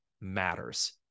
matters